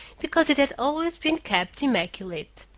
because it had always been kept immaculate.